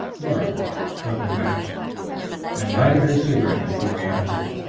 mark struck a match and lighted his cigarette before he answered.